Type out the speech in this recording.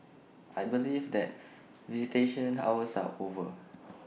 I believe that visitation hours are over